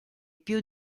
più